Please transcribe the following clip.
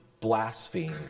blasphemed